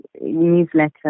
newsletter